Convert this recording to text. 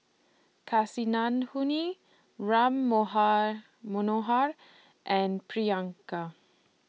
Kasinadhuni Ram Manohar and Priyanka